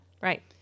Right